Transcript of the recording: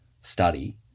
study